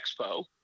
expo